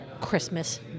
Christmas